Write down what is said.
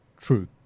True